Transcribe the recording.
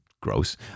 gross